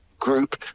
group